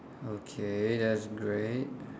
okay that's great